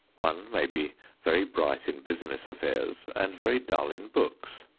one may be very bright in business affairs and very dull in books.